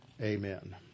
Amen